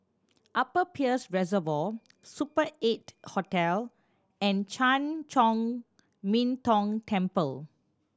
Upper Peirce Reservoir Super Eight Hotel and Chan Chor Min Tong Temple